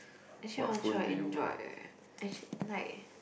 actually I want to try Android eh actu~ like